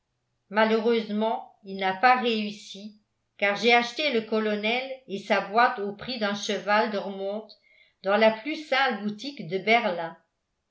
malheureusement il n'a pas réussi car j'ai acheté le colonel et sa boîte au prix d'un cheval de remonte dans la plus sale boutique de berlin